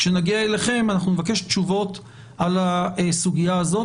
כשנגיע אליכם נבקש תשובות על הסוגיה הזאת.